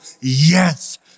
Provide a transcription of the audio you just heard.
yes